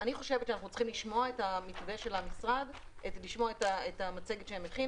אנחנו צריכים לשמוע את המתווה של המשרד ולראות את המצגת שהם הכינו.